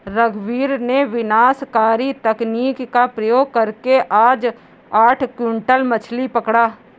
रघुवीर ने विनाशकारी तकनीक का प्रयोग करके आज आठ क्विंटल मछ्ली पकड़ा